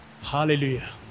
Hallelujah